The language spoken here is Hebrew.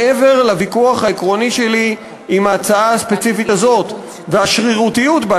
מעבר לוויכוח העקרוני שלי עם ההצעה הספציפית הזאת והשרירותיות בה,